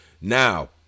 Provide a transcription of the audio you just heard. Now